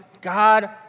God